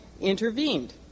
intervened